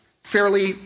fairly